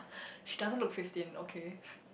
she doesn't look sixteen okay